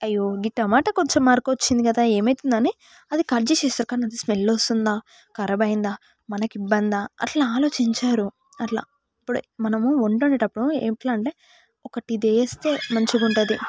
అయ్యో ఇట్ట ఈ టమోటా కొంచెం మరక వచ్చింది కదా ఏమైతుంది అని అది కట్ చేసి అది ఏమైనా స్మెల్ వస్తుందా ఖరాబ్ అయిందా మనకి ఇబ్బందా అట్లా ఆలోచించరు అట్లా ఇప్పుడు మనము వంట వండేటప్పుడు ఎట్లా అంటే ఒకటి ఇది వేస్తే మంచిగా ఉంటుంది